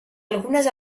algunes